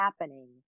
happening